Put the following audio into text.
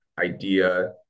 idea